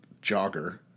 jogger